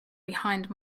behind